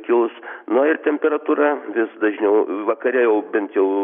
kils na ir temperatūra vis dažniau vakare jau bant jau